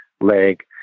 leg